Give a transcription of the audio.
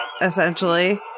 Essentially